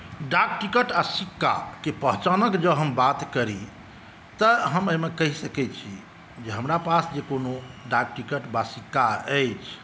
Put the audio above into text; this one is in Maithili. डाक टिकट आ सिक्काके पहचानक जँ हम बात करी तऽ हम एहिमे कहि सकै छी जे हमरा पास जे कोनो डाक टिकट वा सिक्का अछि